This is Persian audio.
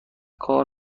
کار